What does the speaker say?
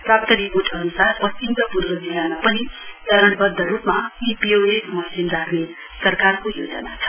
प्राप्त रिपोर्ट अनुसार पश्चिम र पूर्व जिल्लामा पनि चरणबद्ध रूपमा इ पोसपीओएस मशिन राख्ने सरकारको योजना छ